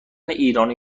ایرانی